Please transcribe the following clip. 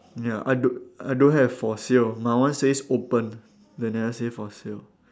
ya I don't I don't have for sale my one says open they never say for sale